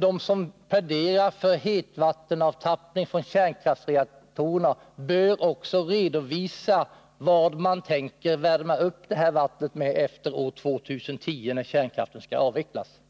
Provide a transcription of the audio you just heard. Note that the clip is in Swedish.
De som pläderar för hetvattenavtappning för kärnkraftsreaktorerna bör också redovisa vad man tänker värma upp vattnet med efter år 2010, när kärnkraften skall avvecklas.